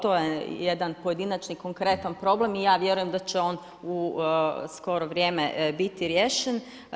To je jedan pojedinačni konkretan problem i ja vjerujem da će on u skoro vrije biti riješen.